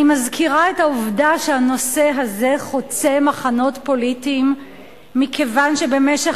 אני מזכירה את העובדה שהנושא הזה חוצה מחנות פוליטיים מכיוון שבמשך